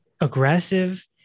aggressive